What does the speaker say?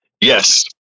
Yes